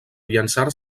llançar